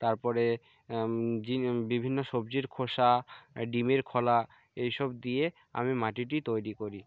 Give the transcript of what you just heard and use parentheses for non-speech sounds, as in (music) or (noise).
তারপরে (unintelligible) বিভিন্ন সবজির খোসা ডিমের খোলা এইসব দিয়ে আমি মাটিটি তৈরি করি